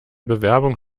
bewerbung